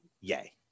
yay